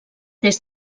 des